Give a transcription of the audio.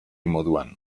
moduan